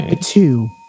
two